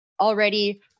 already